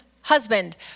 husband